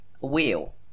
Wheel